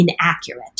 inaccurate